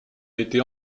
été